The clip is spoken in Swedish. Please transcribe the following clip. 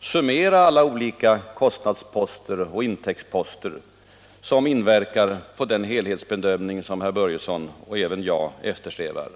summera alla olika kostnadsposter och intäktsposter som inverkar på den helhetsbedömning som herr Börjesson och även jag eftersträvar.